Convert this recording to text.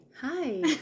Hi